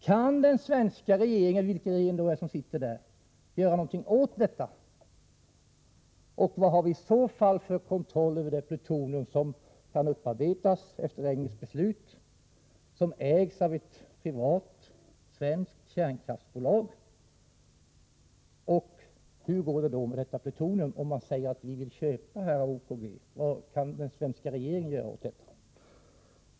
Kan den svenska regeringen — oavsett vilka som då sitter i den — göra någonting åt detta? Vad har vi i så fall för kontroll över det plutonium som kan upparbetas efter regeringens beslut och som ägs av ett privat svenskt kärnkraftsbolag? Hur går det alltså med detta plutonium vid försäljning från OKG? Vad kan den svenska regeringen göra i ett sådant fall?